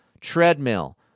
Treadmill